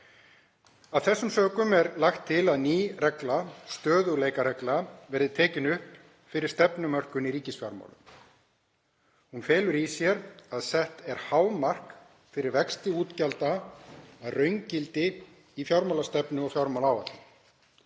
Af þessum sökum er lagt til að ný regla, stöðugleikaregl, verði tekin upp fyrir stefnumörkun í ríkisfjármálum. Hún felur í sér að sett er hámark fyrir vexti útgjalda að raungildi í fjármálastefnu og fjármálaáætlun.